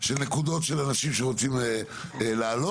של נקודות של אנשים שרוצים להעלות,